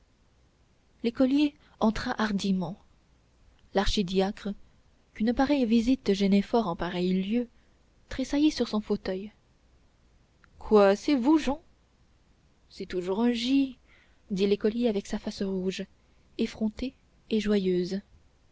l'écolier entra hardiment l'archidiacre qu'une pareille visite gênait fort en pareil lieu tressaillit sur son fauteuil quoi c'est vous jehan c'est toujours un j dit l'écolier avec sa face rouge effrontée et joyeuse